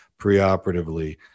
preoperatively